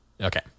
Okay